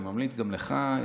אני ממליץ גם לך,